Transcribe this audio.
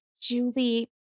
Julie